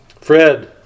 Fred